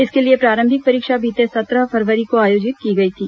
इसके लिए प्रारंभिक परीक्षा बीते सत्रह फरवरी को आयोजित की गई थी